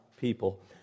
people